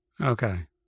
Okay